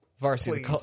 Varsity